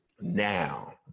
Now